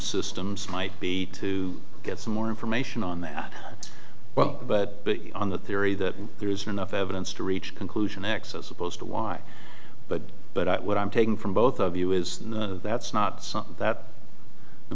systems might be to get some more information on that well but on the theory that there isn't enough evidence to reach a conclusion excess opposed to why but but what i'm taking from both of you is that's not something that no